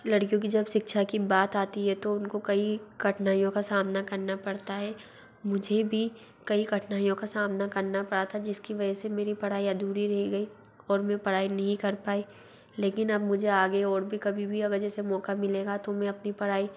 लड़कियों की जब सिक्छा की बात आती हे तो उनको कई कठिनाइयों का सामना करना पड़ता हे मुझे भी कई कठिनाइयों का सामना करना पड़ा था जिसकी वजह से मेरी पढ़ाई अधूरी रह गई और में पड़ाई नहीं कर पाई लेकिन अब मुझे आगे ओर भी कभी भी अगर जैसे मोक़ा मिलेगा तो में अपनी पढ़ाई